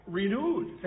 renewed